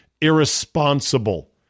irresponsible